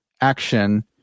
action